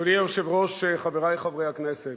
אדוני היושב-ראש, חברי חברי הכנסת,